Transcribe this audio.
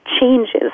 changes